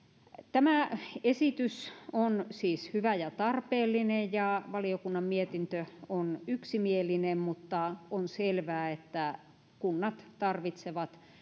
tämä esitys on siis hyvä ja tarpeellinen ja valiokunnan mietintö on yksimielinen mutta on selvää että kunnat tarvitsevat